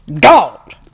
God